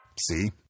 See